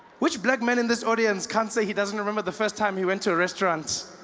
which black man in this audience cant say he doesn't remember the first time he went to a restaurant?